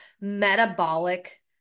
metabolic